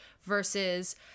versus